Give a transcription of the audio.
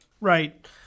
right